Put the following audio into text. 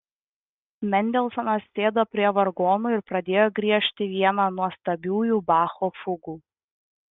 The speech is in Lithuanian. mendelsonas sėdo prie vargonų ir pradėjo griežti vieną nuostabiųjų bacho fugų